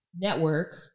network